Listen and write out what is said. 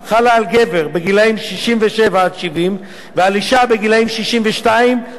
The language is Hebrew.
גבר בגילים 67 70 ועל אשה בגילים 62 67,